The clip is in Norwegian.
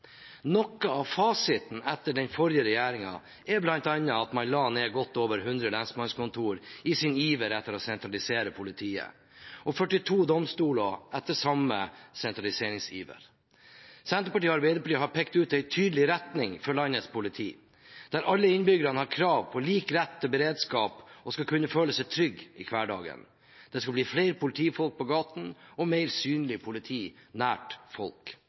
Noe av fasiten etter den forrige regjeringen er bl.a. at man la ned godt over 100 lensmannskontorer i sin iver etter å sentralisere politiet, og 42 domstoler etter samme sentraliseringsiver. Senterpartiet og Arbeiderpartiet har pekt ut en tydelig retning for landets politi, der alle innbyggerne har krav på lik rett til beredskap og skal kunne føle seg trygge i hverdagen. Det skal bli flere politifolk på gatene og mer synlig politi nær folk,